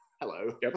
hello